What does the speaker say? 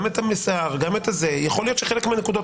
יכול להיות שחלק מהנקודות,